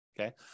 okay